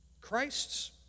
Christ's